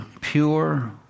pure